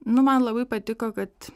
nu man labai patiko kad